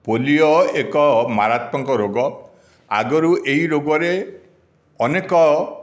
polio ଏକ ମାରାତ୍ମକ ରୋଗ ଆଗରୁ ଏଇ ରୋଗରେ ଅନେକ